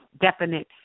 definite